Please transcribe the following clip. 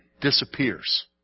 disappears